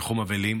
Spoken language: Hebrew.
ניחום אבלים.